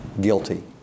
guilty